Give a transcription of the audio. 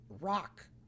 rock